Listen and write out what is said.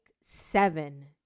seven